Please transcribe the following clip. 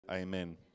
amen